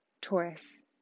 Taurus